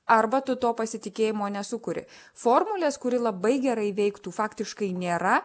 arba tu to pasitikėjimo nesukuri formulės kuri labai gerai veiktų faktiškai nėra